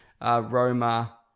Roma